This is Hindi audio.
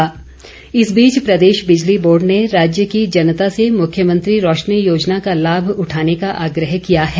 बिजली बोर्ड इस बीच प्रदेश बिजली बोर्ड ने राज्य की जनता से मुख्यमंत्री रौशनी योजना का लाभ उठाने का आग्रह किया है